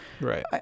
Right